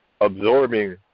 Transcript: absorbing